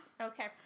Okay